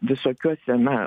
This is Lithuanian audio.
visokiuose na